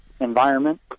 environment